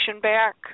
back